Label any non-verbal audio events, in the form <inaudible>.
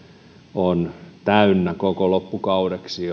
on kokoussuunnitelma täynnä jo koko loppukaudeksi <unintelligible>